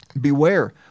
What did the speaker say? Beware